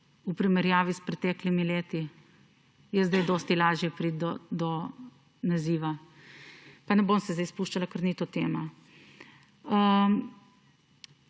v primerjavi s preteklimi leti, je zdaj dosti lažje priti do naziva. Pa ne bom se zdaj spuščala v to, ker ni to tema.